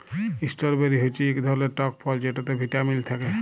strawberry হচ্যে ইক ধরলের টক ফল যেটতে ভিটামিল থ্যাকে